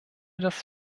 das